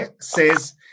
says